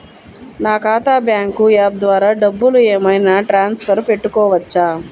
నా ఖాతా bank app ద్వారా డబ్బులు ఏమైనా ట్రాన్స్ఫర్ పెట్టుకోవచ్చా?